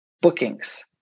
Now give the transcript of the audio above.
bookings